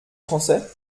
français